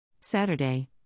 Saturday